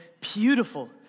Beautiful